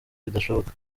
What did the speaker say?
bidashoboka